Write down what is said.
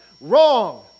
Wrong